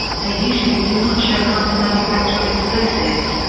they usually do not show how to manufacture explosives,